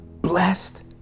Blessed